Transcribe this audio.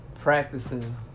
practicing